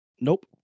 Nope